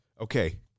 Okay